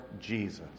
Jesus